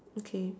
okay